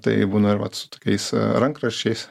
tai būna ir vat su tokiais rankraščiais